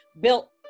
built